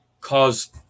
cause